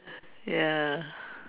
ya